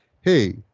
hey